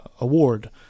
award